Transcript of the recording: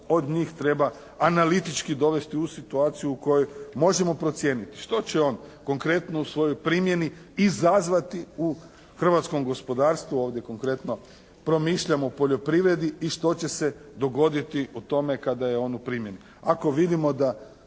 od njih treba analitički dovesti u situaciju u kojoj možemo procijeniti, što će on konkretno u svojoj primjeni izazvati u hrvatskom gospodarstvu, ovdje konkretno promišljam o poljoprivredi i što će se dogoditi u tome kada je on u primjeni? Ako vidimo da